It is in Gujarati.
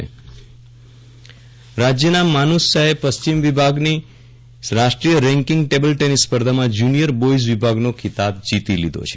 વિરલ રાણા રાજ્યના માનુષ શાહે પશ્ચિમ વિભાગની રાષ્ટ્રીય રેન્કીંગ ટેબલ ટેનીસ સ્પર્ધામાં જુનિયર બોઇઝ વિભાગનો ખિતાબ જીતી લીધો છે